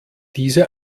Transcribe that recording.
diese